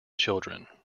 children